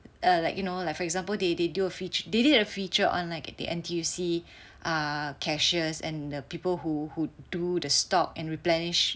err like you know like for example they they do a featu~ they did a feature on like the N_T_U_C uh cashiers and the people who who do the stock and replenish